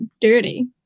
dirty